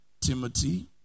Timothy